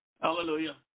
Hallelujah